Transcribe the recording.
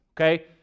okay